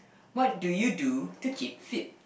what do you do to keep fit